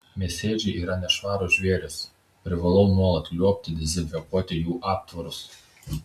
mėsėdžiai yra nešvarūs žvėrys privalau nuolat liuobti dezinfekuoti jų aptvarus